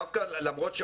למרות,